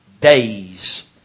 days